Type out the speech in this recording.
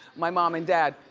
my mom and dad,